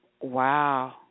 wow